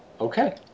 Okay